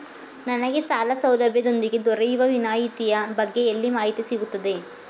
ನನಗೆ ಸಾಲ ಸೌಲಭ್ಯದೊಂದಿಗೆ ದೊರೆಯುವ ವಿನಾಯತಿಯ ಬಗ್ಗೆ ಎಲ್ಲಿ ಮಾಹಿತಿ ಸಿಗುತ್ತದೆ?